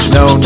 no